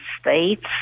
States